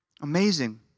Amazing